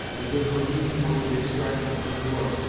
as if her meaning were to be extracted from her looks,